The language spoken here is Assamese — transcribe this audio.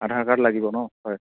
আধাৰ কাৰ্ড লাগিব ন হয়